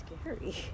scary